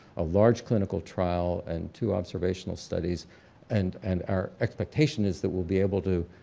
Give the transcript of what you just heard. a large clinical trial and two observational studies and and our expectation is that we'll be able to